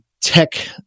tech